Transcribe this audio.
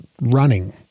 running